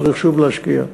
צריך שוב להשקיע.